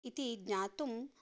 इति ज्ञातुम्